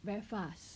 very fast